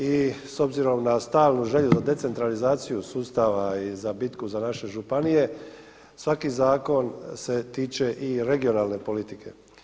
I s obzirom na stalu želju za decentralizaciju sustava i za bitku za naše županije svaki zakon se tiče i regionalne politike.